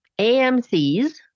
AMCs